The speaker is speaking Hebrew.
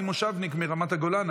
אני מושבניק מרמת הגולן,